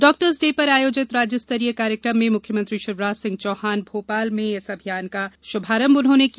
doctors day पर आयोजित राज्य स्तरीय कार्यक्रम में मुख्यमंत्री शिवराज सिंह चौहान मोपाल में इस अभियान का श्मारंभ किया